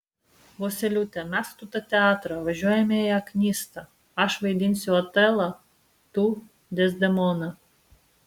vosyliūte mesk tu tą teatrą važiuojame į aknystą aš vaidinsiu otelą tu dezdemoną